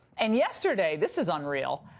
and yesterday, this is unreal,